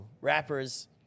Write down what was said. rappers